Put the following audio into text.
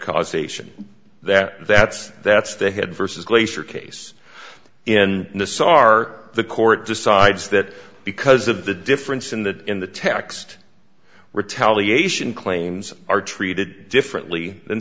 causation that that's that's the head versus glacier case in nisar the court decides that because of the difference in the in the text retaliation claims are treated differently than